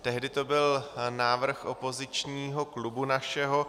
Tehdy to byl návrh opozičního klubu našeho.